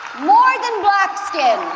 more than black skin,